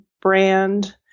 brand